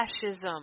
fascism